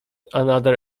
another